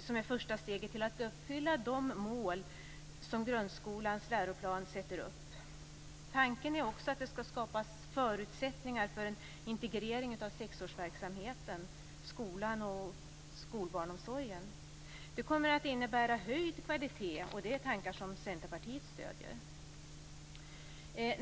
som är första steget till att uppfylla de mål som grundskolans läroplan sätter upp. Tanken är också att det skall skapas förutsättningar för en integrering av sexårsverksamheten, skolan och skolbarnsomsorgen. Det kommer att innebära höjd kvalitet, och det är tankar som Centerpartiet stöder.